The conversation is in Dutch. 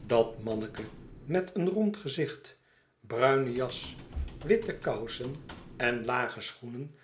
dat manneke met een rond gezicht bruine jas witte kousen en lage schoenen